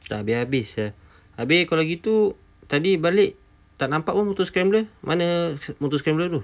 tak habis-habis sia habis kalau gitu tadi balik tak nampak pun motor scrambler mana motor scrambler tu